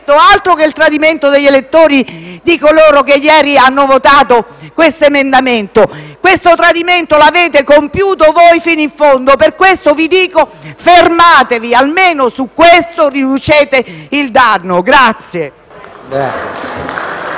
altro che il tradimento degli elettori da parte di coloro che ieri hanno votato questo emendamento. Il tradimento lo avete compiuto voi fino in fondo. Per questo vi dico: fermatevi. Almeno su questo fronte riducete il danno.